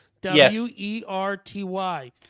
w-e-r-t-y